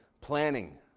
planning